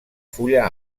fulla